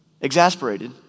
Exasperated